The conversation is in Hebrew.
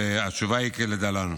והתשובה היא כדלהלן: